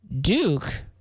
Duke